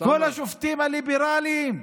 כל השופטים הליברליים?